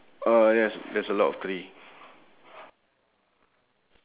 three three kids at the sand sand